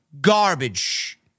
garbage